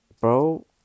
Bro